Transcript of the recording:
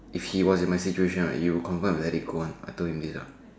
if he was in my situation right you confirm will let it go one I told him this ah